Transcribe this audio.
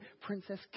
Princess